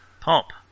Pop